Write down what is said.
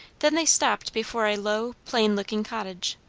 then they stopped before a low, plain-looking cottage.